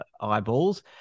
eyeballs